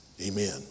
Amen